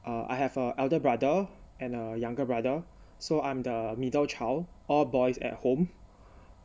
uh I have a elder brother and a younger brother so I'm the middle child all boys at home